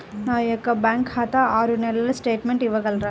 నా యొక్క బ్యాంకు ఖాతా ఆరు నెలల స్టేట్మెంట్ ఇవ్వగలరా?